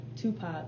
Tupac